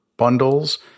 bundles